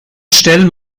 stellen